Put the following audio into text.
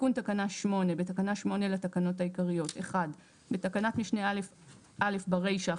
תיקון תקנה 8. בתקנה 8 לתקנות העיקריות - בתקנת משנה (א) ברישה,